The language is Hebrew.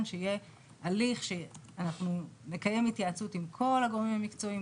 שיהיה הליך שאנחנו נקיים התייעצות עם כל הגורמים המקצועיים,